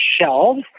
shelves